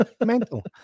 Mental